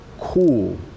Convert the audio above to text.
cool